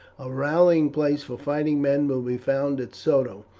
a rallying place for fighting men will be found at soto,